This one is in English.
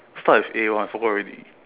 start with A one forgot already